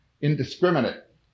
indiscriminate